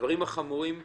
הדברים החמורים מאוד.